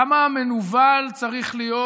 כמה מנוול צריך להיות,